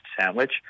sandwich